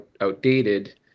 outdated